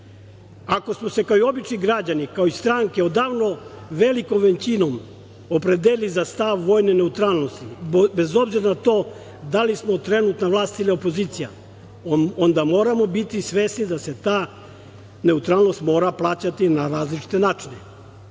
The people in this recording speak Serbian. smo se kao obični građani, kao stranke odavno velikom većinom opredelili za stav vojne neutralnosti, bez obzira na to da li smo trenutno vlast ili opozicija, onda moramo biti svesni da se ta neutralnost mora plaćati na različite načine,